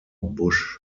busch